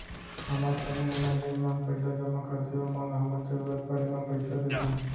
हमर समूह म जेन मन पइसा जमा करथे ओमन ल हमन जरूरत पड़े म पइसा देथन